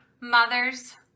mother's